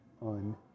on